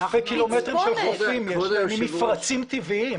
אלפי קילומטרים של חופים עם מפרצים טבעיים.